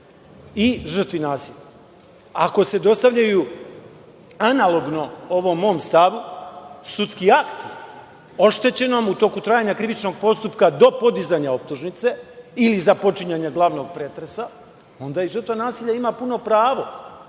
i žrtvi nasilja? Jer, ako se dostavljaju, analogno ovom mom stavu, sudski akt oštećenom u toku trajanja krivičnog postupka do podizanja optužnice, ili započinjanja glavnog pretresa, onda i žrtva nasilja ima puno pravo